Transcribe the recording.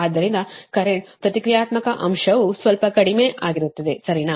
ಆದ್ದರಿಂದ ಕರೆಂಟ್ ಪ್ರತಿಕ್ರಿಯಾತ್ಮಕ ಅಂಶವು ಸ್ವಲ್ಪ ಕಡಿಮೆ ಆಗಿರುತ್ತದೆ ಸರಿನಾ